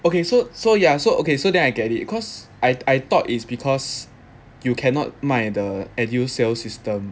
okay so so yeah so okay so then I get it cause I I thought it's because you cannot 卖 the edu sales system